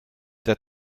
der